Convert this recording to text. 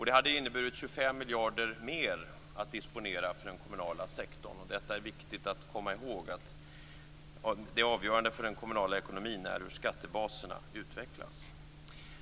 Det hade inneburit 25 miljarder mer att disponera för den kommunala sektorn. Detta är viktigt att komma ihåg: Det avgörande för den kommunala ekonomin är hur skattebaserna utvecklas.